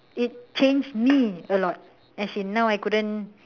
it changed me a lot as in now I couldn't